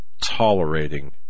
tolerating